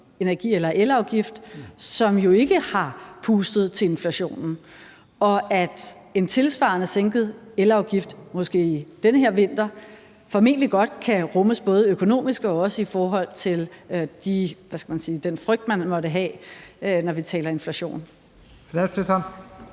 en sænket elafgift, som jo ikke har pustet til inflationen; og at en tilsvarende sænket elafgift måske den her vinter formentlig godt kan rummes både økonomisk og også i forhold til den frygt, man måtte have, når vi taler inflation?